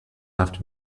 left